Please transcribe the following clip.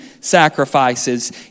sacrifices